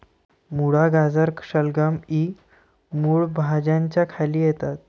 मुळा, गाजर, शलगम इ मूळ भाज्यांच्या खाली येतात